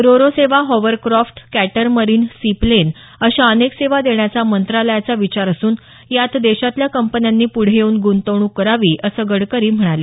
Ro-Ro सेवा hovercraft catamaran sea plane अशा अनेक सेवा देण्याचा मंत्रालयाचा विचार असून यात देशातल्या कंपन्यांनी पुढं येऊन गुंतवणूक करावी असं गडकरी म्हणाले